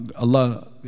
Allah